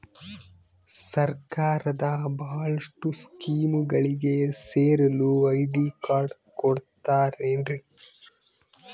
ಸರ್ಕಾರದ ಬಹಳಷ್ಟು ಸ್ಕೇಮುಗಳಿಗೆ ಸೇರಲು ಐ.ಡಿ ಕಾರ್ಡ್ ಕೊಡುತ್ತಾರೇನ್ರಿ?